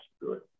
Good